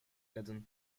kadın